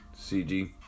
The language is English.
CG